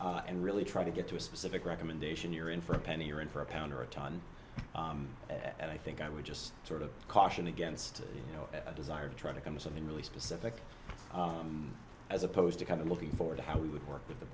and really try to get to a specific recommendation you're in for a penny you're in for a pound or a ton and i think i would just sort of caution against you know a desire to try to come to something really specific as opposed to kind of looking forward to how we would work with the